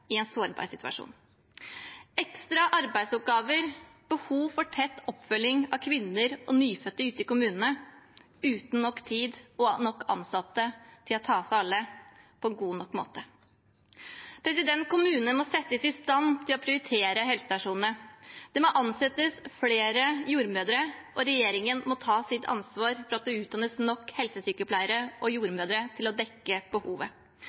i en sårbar situasjon – ekstra arbeidsoppgaver, behov for tett oppfølging av kvinner og nyfødte ute i kommunene, uten nok tid og nok ansatte til å ta seg av alle på en god nok måte. Kommunene må settes i stand til å prioritere helsestasjonene. Det må ansettes flere jordmødre, og regjeringen må ta sitt ansvar for at det utdannes nok helsesykepleiere og jordmødre til å dekke behovet.